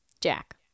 Jack